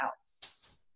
else